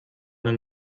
den